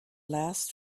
last